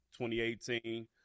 2018